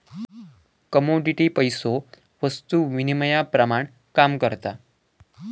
commodity पैसो वस्तु विनिमयाप्रमाण काम करता